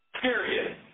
period